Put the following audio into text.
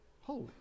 Holy